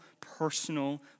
personal